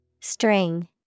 String